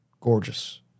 Gorgeous